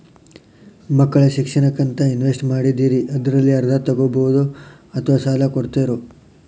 ಮಕ್ಕಳ ಶಿಕ್ಷಣಕ್ಕಂತ ಇನ್ವೆಸ್ಟ್ ಮಾಡಿದ್ದಿರಿ ಅದರಲ್ಲಿ ಅರ್ಧ ತೊಗೋಬಹುದೊ ಅಥವಾ ಸಾಲ ಕೊಡ್ತೇರೊ?